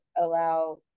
allow